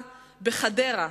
ויקום מלך חדש,